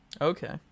Okay